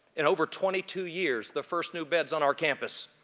in over twenty two years the first new beds on our campus.